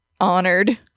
honored